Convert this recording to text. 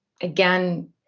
again